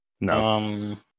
No